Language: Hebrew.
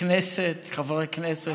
חברי כנסת,